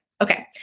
Okay